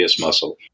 muscle